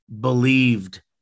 believed